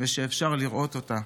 ושאפשר לראות אותה.